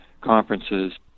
conferences